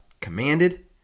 commanded